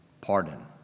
Pardon